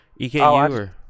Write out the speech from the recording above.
EKU